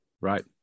Right